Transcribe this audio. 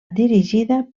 dirigida